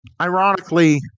ironically